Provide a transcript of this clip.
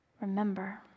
Remember